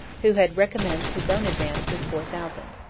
who had recommenced his own advance with four thousand.